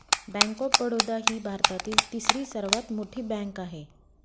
bank of Baroda ही भारतातील तिसरी सर्वात मोठी बँक आहे